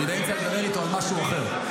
אני באמצע לדבר איתו על משהו אחר.